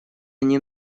они